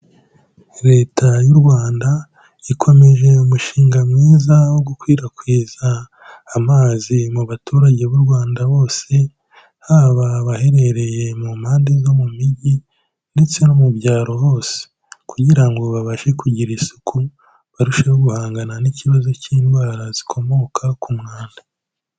Leta y'u Rwanda ikomeje umushinga mwiza wo gukwirakwiza amazi mu baturage b'u Rwanda bose, haba baherereye mu mpande zo mu mijyi ndetse no mu byaro hose. Kugira ngo babashe kugira isuku barusheho guhangana n'ikibazo cy'indwara zikomoka ku mwanda.